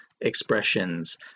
expressions